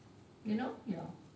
you know ya